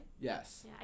Yes